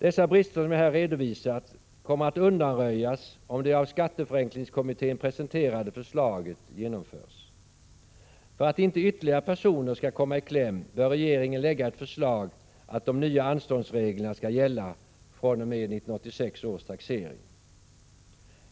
De brister som jag här har redovisat kommer att undanröjas, om det av skatteförenklingskommittén presenterade förslaget genomförs. För att inte ytterligare personer skall komma i kläm, bör regeringen lägga fram ett förslag om att de nya anståndsreglerna skall gälla fr.o.m. 1986 års taxering.